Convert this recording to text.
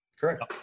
Correct